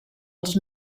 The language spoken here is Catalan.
els